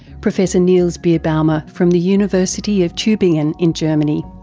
professor niels birbaumer from the university of tubingen in germany.